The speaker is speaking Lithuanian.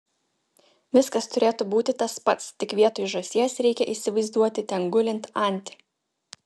viskas turėtų būti tas pats tik vietoj žąsies reikia įsivaizduoti ten gulint antį